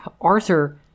Arthur